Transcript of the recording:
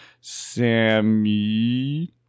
Sammy